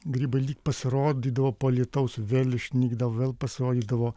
grybai lyg pasirodydavo po lietaus vėl išnykdavo vėl pasirodydavo